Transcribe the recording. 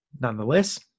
nonetheless